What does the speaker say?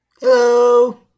Hello